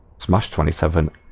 march twenty seven